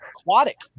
Aquatic